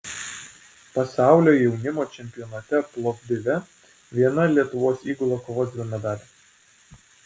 pasaulio jaunimo čempionate plovdive viena lietuvos įgula kovos dėl medalių